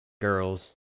girls